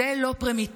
זו לא פרימיטיביות,